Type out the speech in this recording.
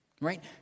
Right